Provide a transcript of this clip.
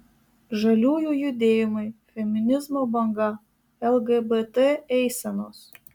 žaliųjų judėjimai feminizmo banga lgbt eisenos